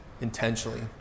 intentionally